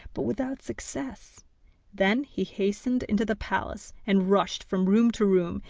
but without success then he hastened into the palace and rushed from room to room,